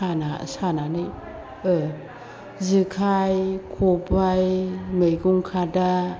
सानानै जेखाय खबाय मैगं खादा